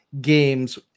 games